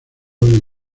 hoy